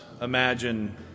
imagine